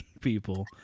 people